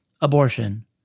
abortion